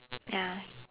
ya